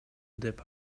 деп